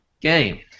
game